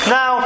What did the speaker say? Now